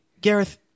Gareth